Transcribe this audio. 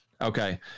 Okay